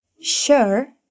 sure